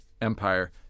Empire